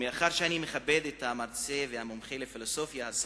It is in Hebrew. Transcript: מאחר שאני מכבד את המרצה והמומחה לפילוסופיה,